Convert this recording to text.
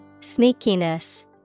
Sneakiness